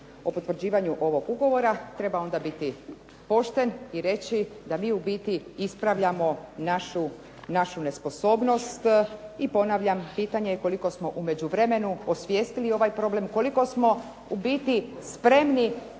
o potvrđivanju ovog ugovora treba onda biti pošten i reći da mi u biti ispravljamo našu nesposobnost i ponavljam, pitanje je koliko smo u međuvremenu osvijestili ovaj problem, koliko smo u biti spremni